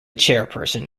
chairperson